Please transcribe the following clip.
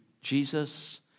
Jesus